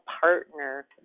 partner